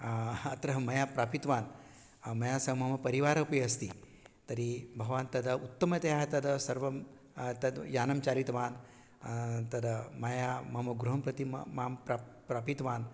अत्र मया प्रापित्वान् मया सह मम परिवारमपि अस्ति तर्हि भवान् तदा उत्तमतया तत् सर्वं तत् यानं चालितवान् तत् मया मम गृहं प्रति मां मां प्रा प्रापित्वान्